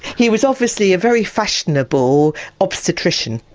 he was obviously a very fashionable obstetrician.